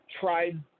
tried